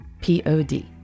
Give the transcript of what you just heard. P-O-D